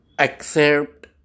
Accept